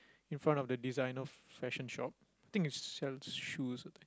in front of the designer fashion shop think it sells shoes ah